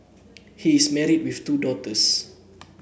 he is married with two daughters